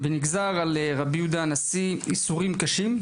ונגזרו על רבי יהודה הנשיא ייסורים קשים,